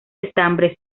estambres